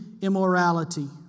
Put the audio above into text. immorality